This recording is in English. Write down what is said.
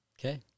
Okay